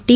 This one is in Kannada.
ಟಿ